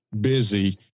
busy